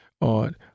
on